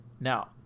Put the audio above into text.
Now